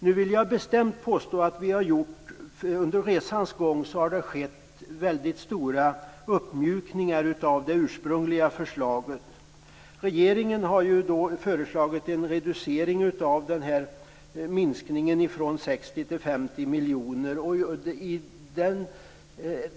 Jag vill bestämt påstå att det under resans gång har skett mycket stora uppmjukningar av det ursprungliga förslaget. Regeringen har föreslagit en reducering av minskningen från 60 till 50 miljoner kronor.